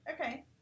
okay